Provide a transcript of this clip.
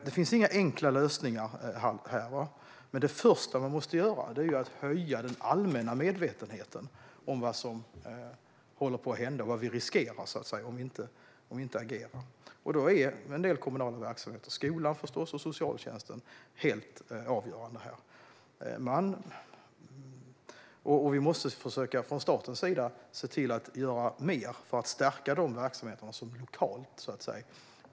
Det finns inga enkla lösningar, men det första man måste göra är att höja den allmänna medvetenheten om vad som håller på att hända och vad vi riskerar om vi inte agerar. Då är en del kommunala verksamheter, skolan och socialtjänsten, helt avgörande. Från statens sida måste vi försöka se till att göra mer för att stärka de lokala verksamheterna, de som finns på gatuplanet, så att säga.